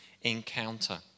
encounter